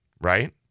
right